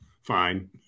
fine